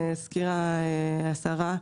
הזכירה השרה,